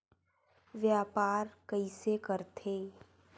व्यापार कइसे करथे?